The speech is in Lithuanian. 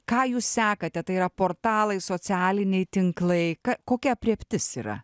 ką jūs sekate tai yra portalai socialiniai tinklai kokia aprėptis yra